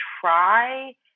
try